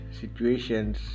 situations